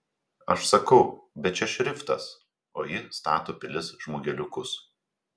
aš sakau bet čia šriftas o jis stato pilis žmogeliukus